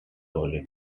solids